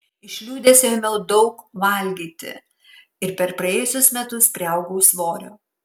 iš liūdesio ėmiau daug valgyti ir per praėjusius metus priaugau svorio